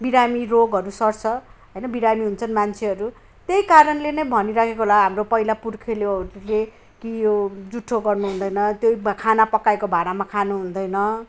बिरामी रोगहरू सर्छ होइन बिरामी हुन्छन् मान्छेहरू त्यही कारणले नै भनिराखेको होला हाम्रो पहिलाको पुर्खेलीहरूले कि यो जुठो गर्नु हुँदैन त्यही खाना पकाएको भाँडामा खानु हुँदैन